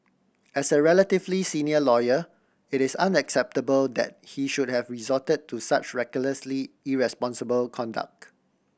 as a relatively senior lawyer it is unacceptable that he should have resorted to such recklessly irresponsible conduct